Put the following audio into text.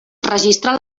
registrar